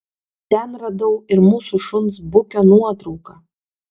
ten radau ir mūsų šuns bukio nuotrauką